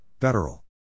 federal